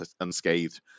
unscathed